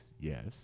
Yes